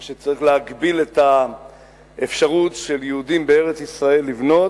או שצריך להגביל את האפשרות של יהודים בארץ-ישראל לבנות,